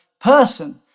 person